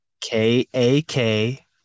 K-A-K